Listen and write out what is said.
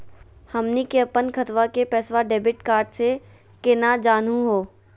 हमनी के अपन खतवा के पैसवा डेबिट कार्ड से केना जानहु हो?